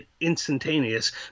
instantaneous